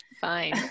Fine